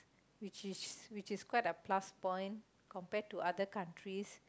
which is which is quite a plus point compared to other countries